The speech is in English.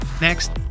Next